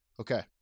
Okay